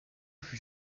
fut